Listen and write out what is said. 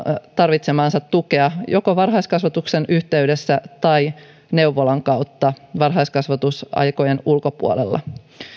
tarvitsemaansa tukea joko varhaiskasvatuksen yhteydessä tai neuvolan kautta varhaiskasvatusaikojen ulkopuolella